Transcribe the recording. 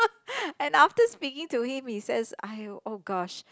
and after speaking to him he says !aiyo! oh gosh